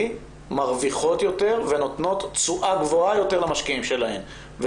מרוויחות יותר ונותנות תשואה גבוהה יותר למשקיעים שלהן,